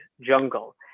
jungle